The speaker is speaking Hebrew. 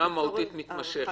חקירה מהותית מתמשכת.